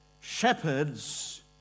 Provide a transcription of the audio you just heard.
shepherds